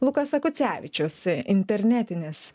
lukas akucevičius internetinės